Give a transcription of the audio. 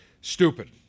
stupid